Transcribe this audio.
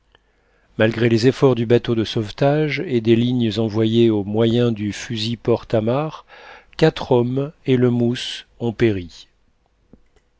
malgré les efforts du bateau de sauvetage et des lignes envoyées au moyen du fusil porte amarre quatre hommes et le mousse ont péri